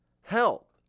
help